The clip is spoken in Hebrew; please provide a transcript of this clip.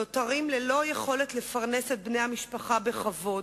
ונותרים ללא יכולת לפרנס את בני המשפחה בכבוד.